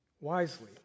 wisely